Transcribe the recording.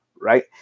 right